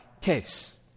case